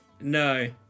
No